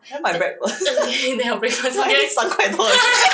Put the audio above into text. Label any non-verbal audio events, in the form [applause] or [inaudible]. then my breakfast [laughs] 三块多 only